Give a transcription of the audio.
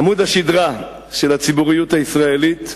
עמוד השדרה של הציבוריות הישראלית,